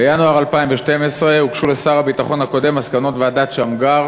בינואר 2012 הוגשו לשר הביטחון הקודם מסקנות ועדת שמגר